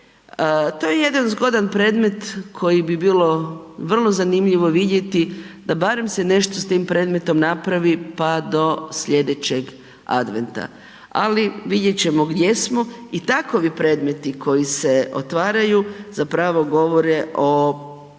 To je jedan zgodan predmet koji bi bilo vrlo zanimljivo vidjeti da barem se nešto s tim predmetom napravi, pa do slijedećeg Adventa, ali vidjet ćemo gdje smo i takovi predmeti koji se otvaraju zapravo govore o